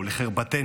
לחרפתנו,